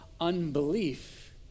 unbelief